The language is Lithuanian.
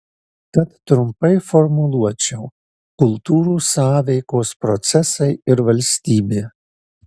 tad trumpai formuluočiau kultūrų sąveikos procesai ir valstybė